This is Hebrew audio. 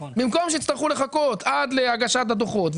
במקום שיצטרכו לחכות עד להגשת הדוחות,